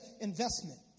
investment